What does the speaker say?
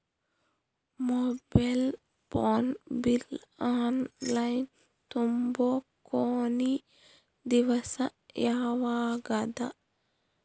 Mobile phone bill online ತುಂಬೊ ಕೊನಿ ದಿವಸ ಯಾವಗದ?